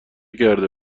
کرده